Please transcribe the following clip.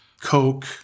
coke